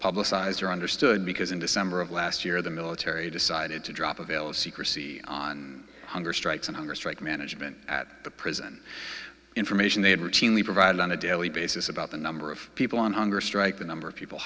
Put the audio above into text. publicized or understood because in december of last year the military decided to drop a veil of secrecy on hunger strikes and hunger strike management at the prison information they had routinely provided on a daily basis about the number of people on hunger strike the number of people